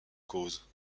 cause